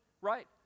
right